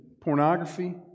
pornography